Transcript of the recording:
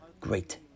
Great